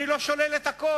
אני לא שולל את הכול.